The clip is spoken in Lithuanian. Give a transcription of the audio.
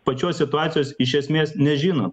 pačios situacijos iš esmės nežino